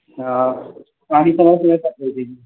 हँ